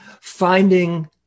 finding